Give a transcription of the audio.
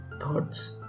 thoughts